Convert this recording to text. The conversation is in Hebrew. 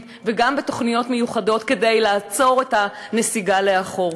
וגם בתוכניות מיוחדות כדי לעצור את הנסיגה לאחור.